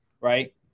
right